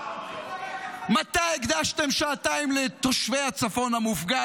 מתי הקדשתם שעתיים לתושבי הצפון המופגז?